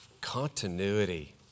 Continuity